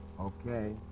Okay